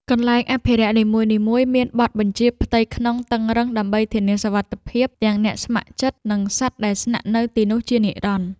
កន្លែងអភិរក្សនីមួយៗមានបទបញ្ជាផ្ទៃក្នុងតឹងរ៉ឹងដើម្បីធានាសុវត្ថិភាពទាំងអ្នកស្ម័គ្រចិត្ត និងសត្វដែលស្នាក់នៅទីនោះជានិរន្តរ៍។